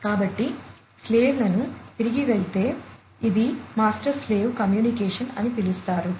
కాబట్టి స్లేవ్లను తిరిగి వెళ్తే ఇది మాస్టర్ స్లేవ్ కమ్యూనికేషన్ అని పిలుస్తారు